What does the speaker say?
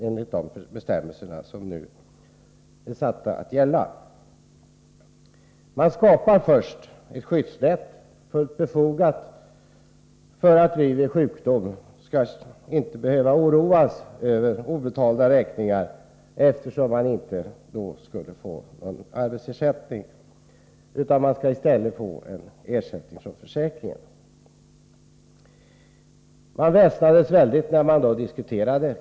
Först skapar man fullt befogat ett skyddsnät för att vi vid sjukdom inte skall behöva oroas över obetalda räkningar, eftersom vi vid sjukdom inte får någon arbetsersättning. Den ersättningen skulle i stället komma från försäkringen, och man väsnades mycket om detta när karensdagarna diskuterades.